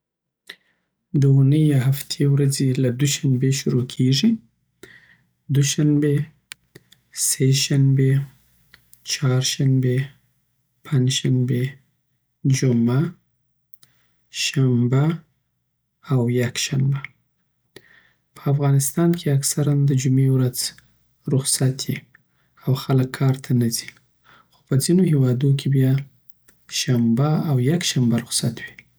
داونی یا هفتی ورځی له دوښنبه شروع کیږی دوشنبه، سه شنبه، چهار شنبه، پنج شنبه، جمعه، شنبه او یک شنبه په افغانستان کی د جمعی ورځ رخصت وی او خلک کارته نه خی خو په ځینی هیوادوکی بیا شنبه او یک شنبه رخصت وی